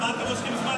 על מה אתם מושכים זמן,